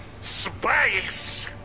Space